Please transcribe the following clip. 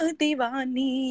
divani